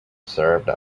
served